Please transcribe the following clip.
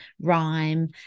rhyme